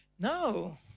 No